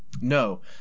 No